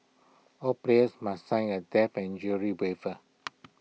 all players must sign A death and injury waiver